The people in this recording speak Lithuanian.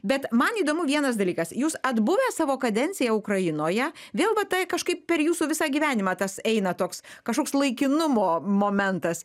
bet man įdomu vienas dalykas jūs atbuvęs savo kadenciją ukrainoje vėl va tai kažkaip per jūsų visą gyvenimą tas eina toks kažkoks laikinumo momentas